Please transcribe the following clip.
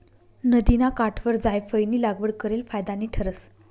नदिना काठवर जायफयनी लागवड करेल फायदानी ठरस